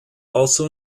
also